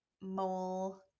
Mole